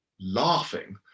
laughing